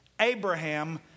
Abraham